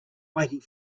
waiting